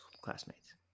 classmates